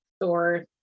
Thor